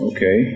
Okay